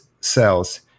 cells